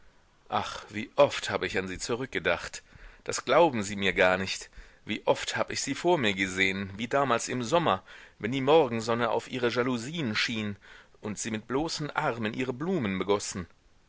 ach wie oft hab ich an sie zurückgedacht das glauben sie mir gar nicht wie oft hab ich sie vor mir gesehen wie damals im sommer wenn die morgensonne auf ihre jalousien schien und sie mit bloßen armen ihre blumen begossen